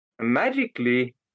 magically